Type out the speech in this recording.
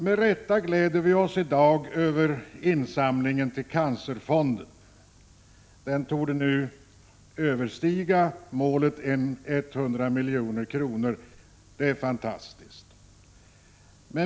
Med rätta gläder vi oss i dag över insamlingen till cancerfonden. Målet 100 milj.kr. torde ha överträffats, och det är fantastiskt.